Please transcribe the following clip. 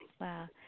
Wow